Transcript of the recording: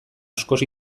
askoz